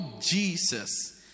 Jesus